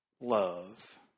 love